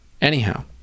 Anyhow